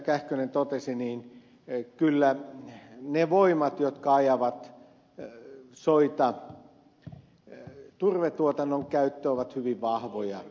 kähkönen totesi niin kyllä ne voimat jotka ajavat soita turvetuotannon käyttöön ovat hyvin vahvoja